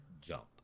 jump